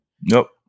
Nope